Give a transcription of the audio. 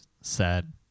sad